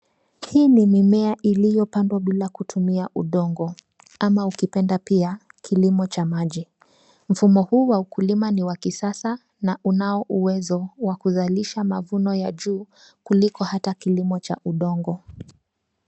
hii ni mimea iliyopandwa bila kutumia udongo au ukipenda pia kilimo cha maji mfumo huu wa ukulima ni wa kisasa na unaouwezo wa kuzalisha mavuno ya juu kuliko hata kilimo cha udongo.